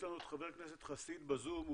יש לנו את חבר הכנסת חסיד בזום.